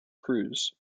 cruise